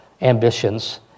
ambitions